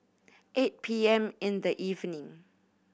eight P M in the evening